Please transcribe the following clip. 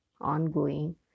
ongoing